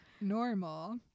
normal